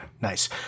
nice